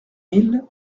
mille